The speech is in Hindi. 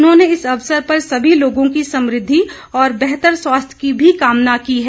उन्होंने इस अवसर पर सभी लोगों की समृद्धि और बेहतर स्वास्थ्य की भी कामना की है